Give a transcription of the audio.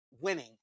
winning